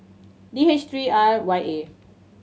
D H three R Y A